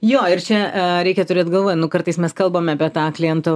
jo ir čia reikia turėt galvoj nu kartais mes kalbam apie tą klientų